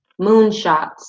moonshots